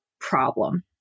problem